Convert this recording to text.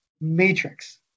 Matrix